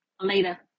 later